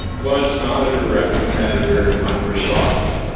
was not a direct competitor to microsoft,